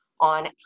on